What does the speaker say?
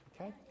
Okay